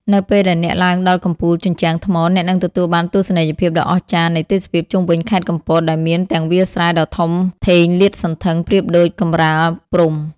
នៅពេលដែលអ្នកឡើងដល់កំពូលជញ្ជាំងថ្ម អ្នកនឹងទទួលបានទស្សនីយភាពដ៏អស្ចារ្យនៃទេសភាពជុំវិញខេត្តកំពតដែលមានទាំងវាលស្រែដ៏ធំធេងលាតសន្ធឹងប្រៀបដូចកម្រាលព្រំ។